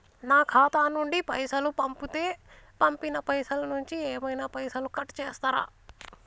నా ఖాతా నుండి పైసలు పంపుతే పంపిన పైసల నుంచి ఏమైనా పైసలు కట్ చేత్తరా?